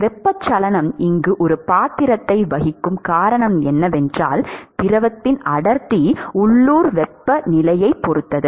வெப்பச்சலனம் இங்கு ஒரு பாத்திரத்தை வகிக்கும் காரணம் என்னவென்றால் திரவத்தின் அடர்த்தி உள்ளூர் வெப்பநிலையைப் பொறுத்தது